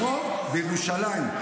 הרוב בירושלים,